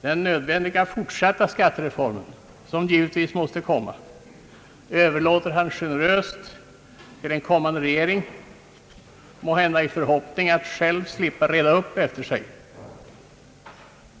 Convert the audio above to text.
Den nödvändiga fortsatta skattereformen, som givetvis måste komma, överlåter han generöst till en kommande regering, måhända i förhoppningen att själv slippa reda upp efter sig.